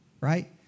right